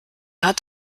hat